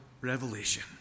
revelation